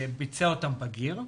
שביצע אותן בגיר,